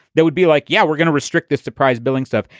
that would be like, yeah, we're going to restrict this surprise billing stuff.